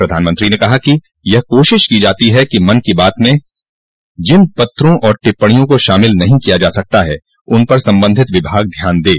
प्रधानमंत्री ने कहा कि यह कोशिश की जाती है कि मन की बात में जिन पत्रों और टिप्पणियों को शामिल नहीं किया जा सका है उन पर संबंधित विभाग ध्यान दें